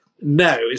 no